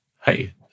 Hey